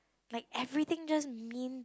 like everything just means